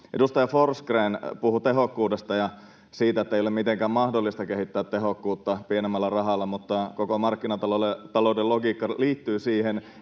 Edustaja Forsgrén puhui tehokkuudesta ja siitä, että ei ole mitenkään mahdollista kehittää tehokkuutta pienemmällä rahalla. [Bella Forsgrén: Ei pidä paikkaansa!] Mutta koko markkinatalouden logiikka liittyy siihen,